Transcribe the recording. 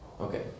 Okay